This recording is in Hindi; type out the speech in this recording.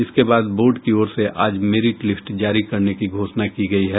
इसके बाद बोर्ड की ओर से आज मेरिट लिस्ट जारी करने की घोषणा की गयी है